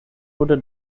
wurde